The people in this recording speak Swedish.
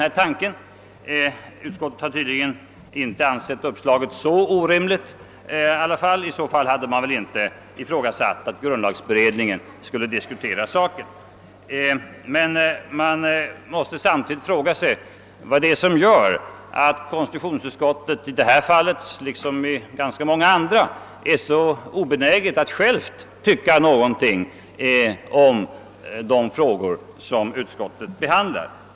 I varje fall har utskottet tydligen inte ansett uppslaget vara helt orimligt, ty då hade man väl inte ifrågasatt att grundlagberedningen skulle diskutera saken. Men vad är det som gör att konstitutionsutskottet i detta som i så många andra fall är helt obenäget att självt tycka någonting i konstitutionella frågor?